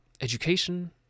education